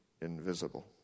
invisible